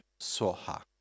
Soha